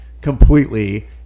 completely